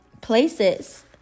places